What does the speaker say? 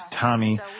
Tommy